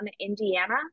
Indiana